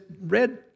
red